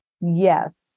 Yes